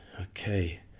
okay